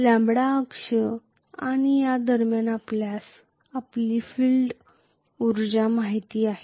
lambda अक्ष आणि या दरम्यान आपणास आपली फील्ड उर्जा माहित आहे